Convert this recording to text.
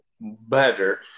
better